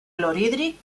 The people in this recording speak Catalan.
clorhídric